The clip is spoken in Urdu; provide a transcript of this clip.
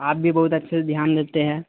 آپ بھی بہت اچھے سے دھیان دیتے ہیں